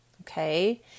okay